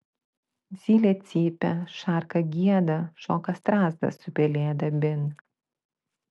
zylė cypia šarka gieda šoka strazdas su pelėda bin